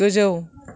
गोजौ